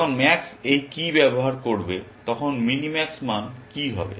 যখন ম্যাক্স এই কী ব্যবহার করবে তখন মিনি ম্যাক্স মান কী হবে